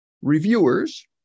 Reviewers